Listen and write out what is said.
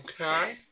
Okay